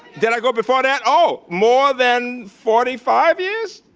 did i go before that? oh, more than forty five years?